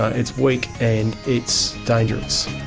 ah it's weak and it's dangerous.